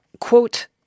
Quote